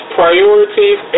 priorities